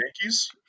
Yankees